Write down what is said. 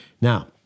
Now